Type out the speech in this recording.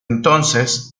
entonces